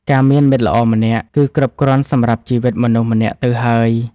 ការមានមិត្តល្អម្នាក់ គឺគ្រប់គ្រាន់សម្រាប់ជីវិតមនុស្សម្នាក់ទៅហើយ។